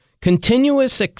Continuous